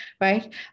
right